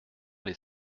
les